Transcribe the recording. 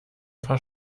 paar